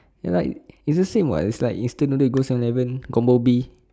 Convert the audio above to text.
ya lah it's the same [what] it's like instant noodle go seven eleven combo B